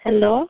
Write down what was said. hello